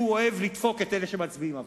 אוהב לדפוק את אלה שמצביעים עבורו,